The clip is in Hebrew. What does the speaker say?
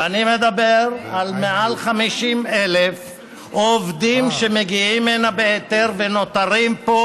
ואני מדבר על מעל 50,000 עובדים שמגיעים הנה בהיתר ונותרים פה,